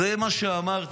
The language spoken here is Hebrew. זה מה שאמרתי.